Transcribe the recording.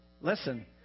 Listen